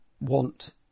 want